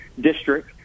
district